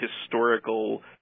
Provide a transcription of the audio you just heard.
historical